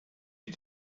you